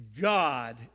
God